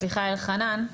סליחה אלחנן,